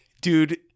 Dude